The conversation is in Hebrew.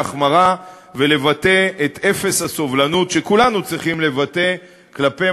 להחמרה ולבטא את אפס הסובלנות שכולנו צריכים לבטא כלפי